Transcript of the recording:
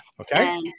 Okay